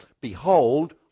Behold